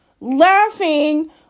laughing